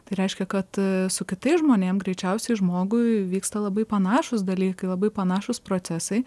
tai reiškia kad su kitais žmonėm greičiausiai žmogui vyksta labai panašūs dalykai labai panašūs procesai